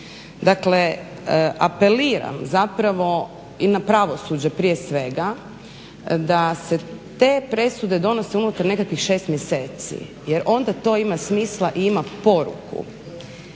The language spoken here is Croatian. Dakle, apeliram zapravo i na pravosuđe prije svega, da se te presude donose unutar nekakvih 6 mjeseci, jer onda to ima smisla i ima poruku.